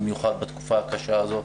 במיוחד בתקופה הקשה הזאת.